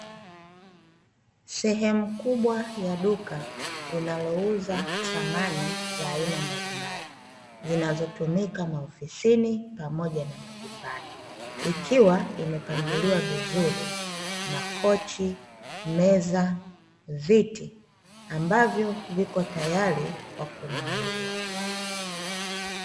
Sehemu kubwa ya duka linalouza samani za aina mbalimbali zinazotumika maofisini pamoja na majumbani ikiwa imepangiliwa vizuri makochi meza viti ambavyo viko tayari kwa kununuliwa.